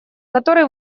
который